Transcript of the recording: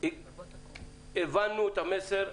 אז אני אסביר, יכול להיות שלא הייתי מספיק ברורה: